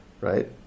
right